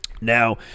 Now